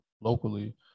locally